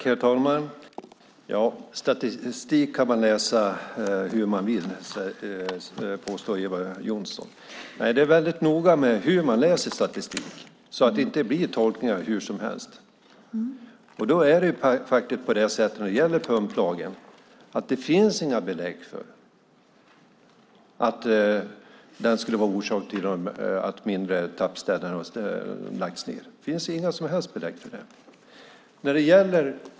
Herr talman! Statistik kan man läsa hur man vill, påstår Eva Johnsson. Nej, det är väldigt noga hur man läser statistik så att det inte blir tolkningar hur som helst. När det gäller pumplagen är det på det sättet att det inte finns några belägg för att den skulle vara orsak till att mindre tappställen lagts ned.